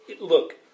Look